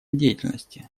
деятельности